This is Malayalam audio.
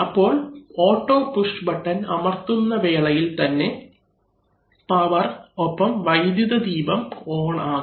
അപ്പോൾ ഓട്ടോ പുഷ് ബട്ടൺ അമർത്തുന്ന വേളയിൽ തന്നെ പവർ ഒപ്പം വൈദ്യുതദീപം ഓൺ ആകും